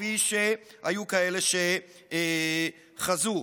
כפי שהיו כאלה שחזו.